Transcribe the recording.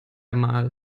mal